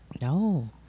No